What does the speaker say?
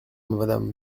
madame